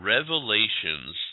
Revelations